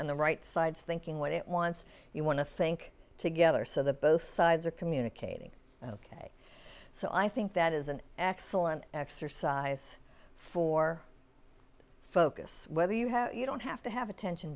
and the right side thinking what it wants you want to think together so that both sides are communicating ok so i think that is an excellent exercise for focus whether you have you don't have to have attention